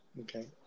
okay